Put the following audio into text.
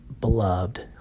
beloved